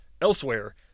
Elsewhere